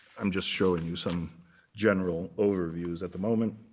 i'm just showing you some general overviews at the moment.